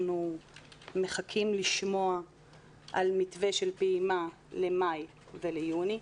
אנחנו מחכים לשמוע על מתווה של פעימה לחודשים מאי ויוני,